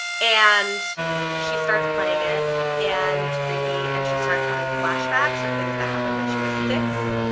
and she starts playing it and it's creepy and she starts having flashbacks of things that happened when she was six,